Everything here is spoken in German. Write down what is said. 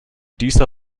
dieser